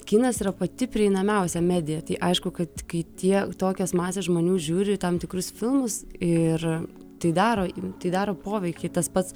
kinas yra pati prieinamiausia medija tai aišku kad kai tie tokios masės žmonių žiūri tam tikrus filmus ir tai daro tai daro poveikį tas pats